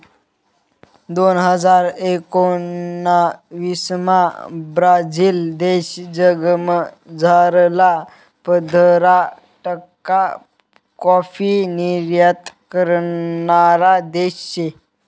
दोन हजार एकोणाविसमा ब्राझील देश जगमझारला पंधरा टक्का काॅफी निर्यात करणारा देश शे